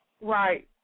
Right